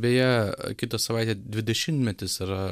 beje kitą savaitę dvidešimtmetis yra